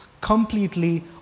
completely